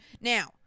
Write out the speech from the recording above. Now